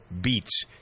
Beats